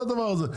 מה זה הדבר הזה?